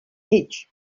each